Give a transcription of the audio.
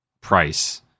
price